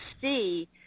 see